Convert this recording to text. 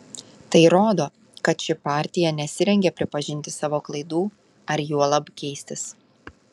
tai rodo kad ši partija nesirengia pripažinti savo klaidų ar juolab keistis